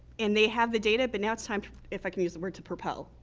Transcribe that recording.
and they have the data, but now it's time if i can use the word to propel.